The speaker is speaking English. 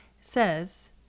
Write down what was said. says